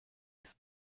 his